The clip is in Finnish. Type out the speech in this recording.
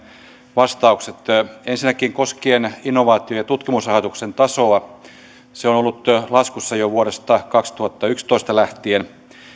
vastaukset ensinnäkin koskien innovaatio ja tutkimusrahoituksen tasoa se on ollut laskussa jo vuodesta kaksituhattayksitoista lähtien